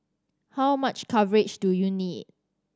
how much coverage do you need